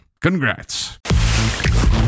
Congrats